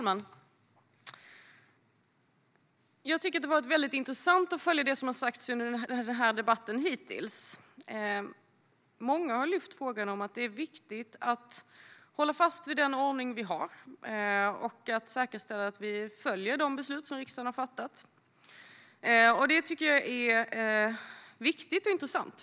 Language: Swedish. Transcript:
Herr talman! Det har varit väldigt intressant att följa vad som hittills har sagts under denna debatt. Många har lyft upp att det är viktigt att hålla fast vid den ordning som vi har och att säkerställa att vi följer de beslut som riksdagen har fattat. Detta är viktigt och intressant.